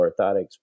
orthotics